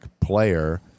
player